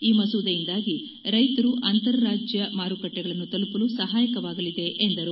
ಈ ಮಸೂದೆಯಿಂದಾಗಿ ರೈತರು ಅಂತರರಾಜ್ಯ ಮಾರುಕಟ್ಟೆಗಳನ್ನು ತಲುಪಲು ಸಹಾಯಕವಾಗಲಿದೆ ಎಂದರು